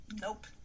Nope